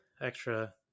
extra